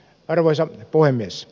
arvoisa puhemies